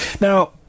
Now